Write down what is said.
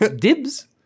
dibs